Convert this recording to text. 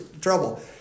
trouble